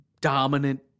dominant